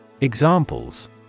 Examples